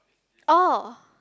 oh